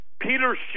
Peter